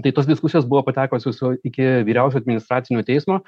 tai tos diskusijos buvo patekusios iki vyriausio administracinio teismo